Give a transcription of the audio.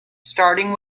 starting